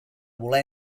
voler